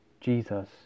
Jesus